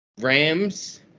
Rams